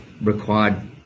required